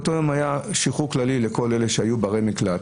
באותו יום ניתן שחרור כללי לכל אלה שהיו בערי מקלט.